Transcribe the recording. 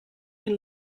can